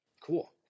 Cool